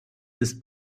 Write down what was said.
ist